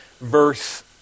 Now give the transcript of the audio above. verse